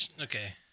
Okay